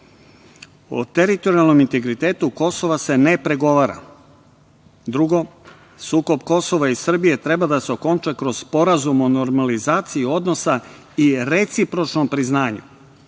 O teritorijalnom integritetu Kosova se ne pregovara, 2) Sukob Kosova i Srbije treba da se okonča kroz sporazum o normalizaciji odnosa i recipročnom priznanju,